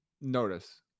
notice